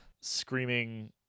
screaming –